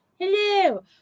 hello